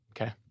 Okay